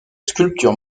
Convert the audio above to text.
sculptures